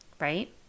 right